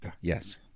Yes